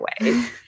ways